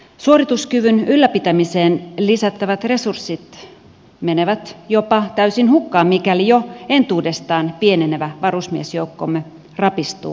suorituskyvyn ylläpitämiseen lisättävät resurssit menevät jopa täysin hukkaan mikäli jo entuudestaan pienevä varusmiesjoukkomme rapistuu toimintakyvyttömäksi